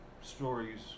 stories